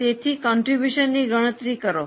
તેથી ફાળોની ગણતરી કરો